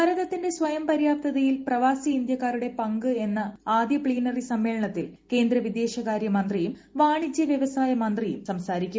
ഭാരതത്തിന്റെ സ്വയംപര്യാപ്തയിൽ പ്രവാസി ഇന്ത്യാ ക്കാരുടെ പങ്ക് എന്ന ആദ്യ പ്തീനറി സമ്മേളനത്തിൽ കേന്ദ്ര വിദേശകാര്യ മന്ത്രിയും വാണിജ്യ വ്യവസായ മന്ത്രിയും സംസാരിക്കും